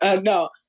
No